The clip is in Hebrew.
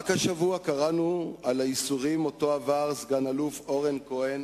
רק השבוע קראנו על הייסורים שעבר סגן-אלוף אורן כהן